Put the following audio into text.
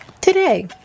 today